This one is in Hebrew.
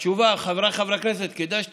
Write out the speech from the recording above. התשובה, חבריי חברי הכנסת, ינון,